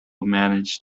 managed